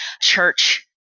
church